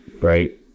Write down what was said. Right